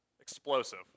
Explosive